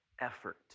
effort